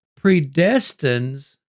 predestines